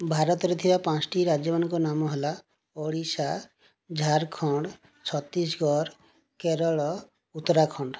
ଭାରତରେ ଥିବା ପାଁଞ୍ଚଟି ରାଜ୍ୟମାନଙ୍କର ନାମ ହେଲା ଓଡ଼ିଶା ଝାଡ଼ଖଣ୍ଡ ଛତିଶଗଡ଼ କେରଳ ଉତ୍ତରାଖଣ୍ଡ